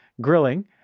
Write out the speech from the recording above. grilling